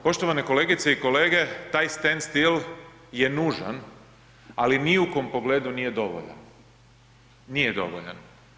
Poštovane kolegice i kolege, taj stand still je nužan ali ni u kom pogledu nije dovoljan, nije dovoljan.